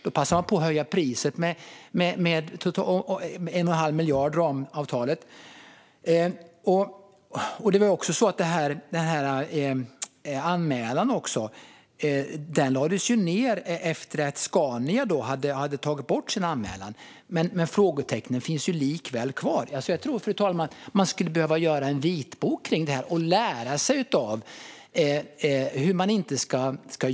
Då passade man på att höja priset i ramavtalet med 1 1⁄2 miljard. Överprövningen lades ned efter att Scania hade tagit tillbaka sin anmälan, men frågetecknen finns likväl kvar. Jag tror, fru ålderspresident, att man skulle behöva göra en vitbok om det här för att lära sig hur man inte ska göra.